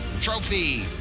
Trophy